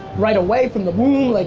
right away from the womb? yeah like